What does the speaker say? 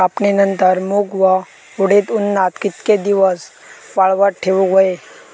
कापणीनंतर मूग व उडीद उन्हात कितके दिवस वाळवत ठेवूक व्हये?